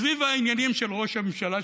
סביב העניינים של ראש הממשלה,